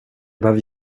behöver